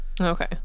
Okay